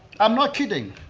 i'm not kidding.